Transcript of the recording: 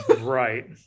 Right